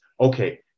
Okay